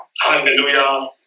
Hallelujah